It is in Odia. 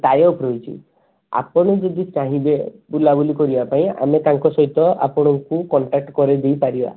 ଟାଇଅପ୍ ରହିଛି ଆପଣ ଯଦି ଚାହିଁବେ ବୁଲାବୁଲି କରିବା ପାଇଁ ଆମେ ତାଙ୍କ ସହିତ ଆପଣଙ୍କୁ କଣ୍ଟାକ୍ଟ କରେଇ ଦେଇପାରିବା